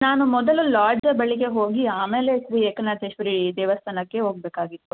ನಾನು ಮೊದಲು ಲಾಡ್ಜ್ ಬಳಿಗೆ ಹೋಗಿ ಆಮೇಲೆ ಶ್ರೀ ಏಕನಾಥೇಶ್ವರಿ ದೇವಸ್ಥಾನಕ್ಕೆ ಹೋಗಬೇಕಾಗಿತ್ತು